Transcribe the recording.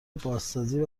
بازسازی